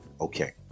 okay